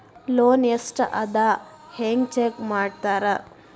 loan ಎಷ್ಟ್ ಅದ ಹೆಂಗ್ ಚೆಕ್ ಮಾಡ್ತಾರಾ